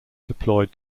deployed